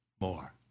more